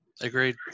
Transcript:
Agreed